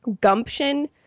gumption